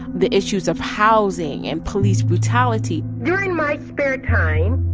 the issues of housing and police brutality during my spare time,